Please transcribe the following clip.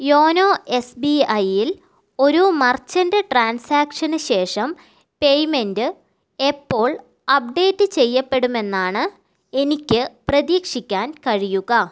YONO S B ഐയിൽ ഒരു merchant ട്രാൻസാക്ഷന് ശേഷം പേയ്മെന്റ് എപ്പോൾ അപ്ഡേറ്റ് ചെയ്യപ്പെടുമെന്നാണ് എനിക്ക് പ്രതീക്ഷിക്കാൻ കഴിയുക